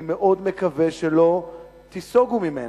יותר מזה: אני מאוד מקווה שלא תיסוגו ממנה.